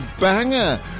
banger